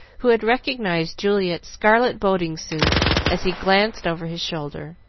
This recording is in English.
who had recognized juliet's scarlet boating-suit as he glanced over his shoulder.